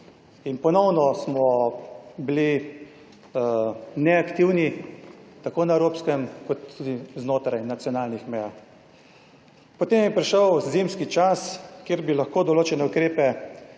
in ponovno smo bili neaktivni tako na evropskem kot tudi znotraj nacionalnih meja. Po tem je prišel zimski čas, kjer bi lahko določene ukrepe